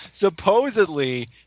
Supposedly